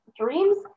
dreams